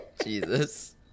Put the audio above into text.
Jesus